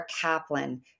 Kaplan